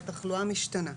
כי התחלואה משתנה.